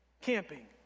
camping